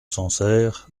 sancerre